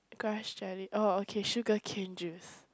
grass jelly oh okay sugarcane juice